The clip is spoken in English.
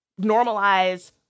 normalize